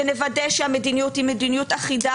שנוודא שהמדיניות היא מדיניות אחידה